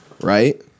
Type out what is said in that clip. right